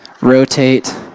rotate